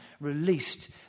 released